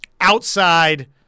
outside